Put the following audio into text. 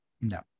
No